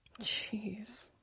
jeez